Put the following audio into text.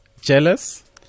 Jealous